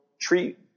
treat